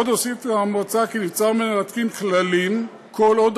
עוד הוסיפה המועצה כי נבצר ממנה להתקין כללים כל עוד